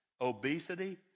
obesity